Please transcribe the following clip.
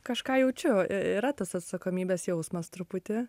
kažką jaučiu yra tas atsakomybės jausmas truputį